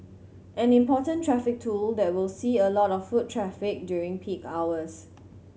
an important traffic tool that will see a lot of foot traffic during peak hours